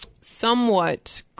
somewhat